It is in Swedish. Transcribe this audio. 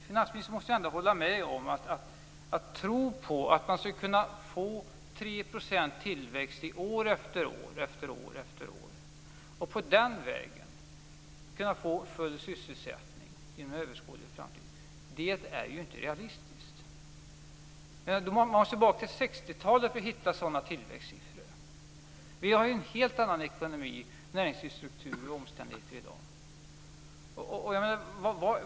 Finansministern måste ändå hålla med om att det inte är realistiskt att tro på att man skall kunna få 3 procents tillväxt år efter år och på den vägen få full sysselsättning inom överskådlig framtid. Man måste tillbaka till 60-talet för att hitta sådana tillväxtsiffror. Vi har en helt annan ekonomi och näringslivsstruktur och andra omständigheter i dag.